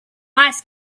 ice